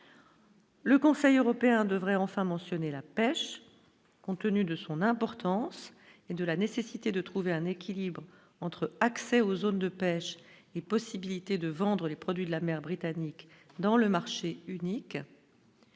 Le Conseil européen devrait enfin mentionné la pêche, compte tenu de son importance et de la nécessité de trouver un équilibre entre accès aux zones de pêche et possibilité de vendre les produits de la mer britannique dans le marché unique.